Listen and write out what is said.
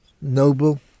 noble